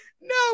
No